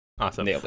Awesome